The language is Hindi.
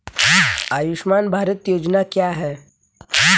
आयुष्मान भारत योजना क्या है?